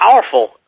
powerful